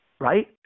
right